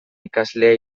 ikaslea